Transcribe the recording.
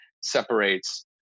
separates